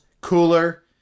cooler